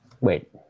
Wait